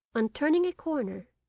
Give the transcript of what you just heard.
on turning a corner,